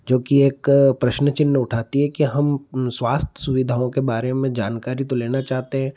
जो कि एक प्रश्नचिन्ह उठाती है कि हम स्वास्थ्य सुविधाओं के बारे में जानकारी तो लेना चाहते हैं